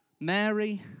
Mary